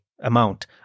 Amount